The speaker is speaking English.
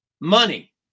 money